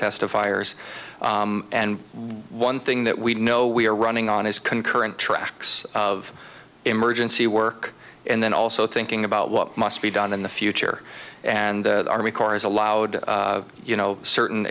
testifiers and one thing that we know we are running on is concurrent tracks of emergency work and then also thinking about what must be done in the future and the army corps allowed you know certain